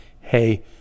hey